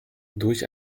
durch